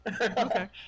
Okay